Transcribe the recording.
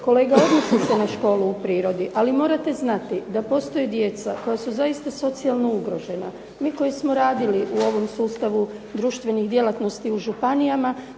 kolega odnosi se na školu u prirodi, ali morate znati da postoje djeca koja su zaista socijalno ugrožena. Mi koji smo radili u ovom sustavu društvenih djelatnosti u županijama